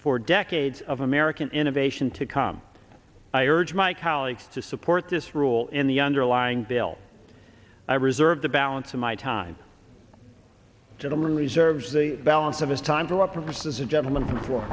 for decades of american innovation to come i urge my colleagues to support this rule in the underlying bill i reserve the balance of my time gentleman reserves the balance of his time for the purposes of gentleman